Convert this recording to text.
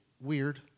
weird